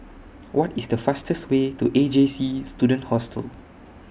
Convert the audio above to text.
What IS The fastest Way to A J C Student Hostel